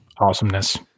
Awesomeness